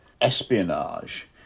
espionage